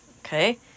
Okay